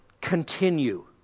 Continue